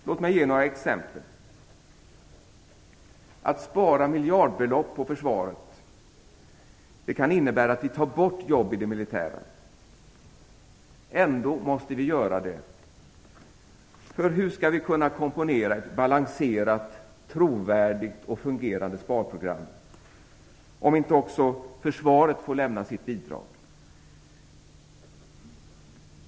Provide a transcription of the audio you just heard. Låt mig ge några exempel: Att spara miljardbelopp på försvaret kan innebära att vi tar bort jobb i det militära. Ändå måste vi göra det, för hur skall vi kunna komponera ett balanserat, trovärdigt och fungerande sparprogram om inte också försvaret får lämna sitt bidrag?